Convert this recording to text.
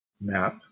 map